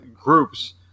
groups